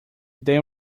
then